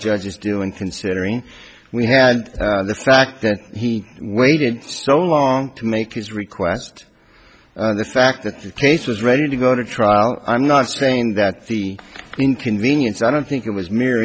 judge is doing considering we had the fact that he waited so long to make his request the fact that the case was ready to go to trial i'm not saying that the inconvenience i don't think it was